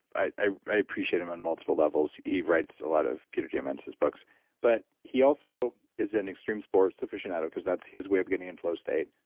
i appreciate him on multiple levels. he writes a lot of peter diamandis' books but he also is an extreme sports aficionado because that's his way of getting in flow state.